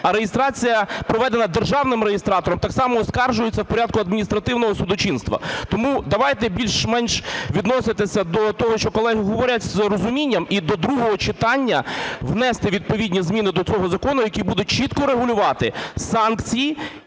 А реєстрація, проведена державним реєстратором, так само оскаржується в порядку адміністративного судочинства. Тому давайте більш-менш відноситися до того, що колеги говорять, з розумінням і до другого читання внести відповідні зміни до цього закону, які будуть чітко регулювати санкції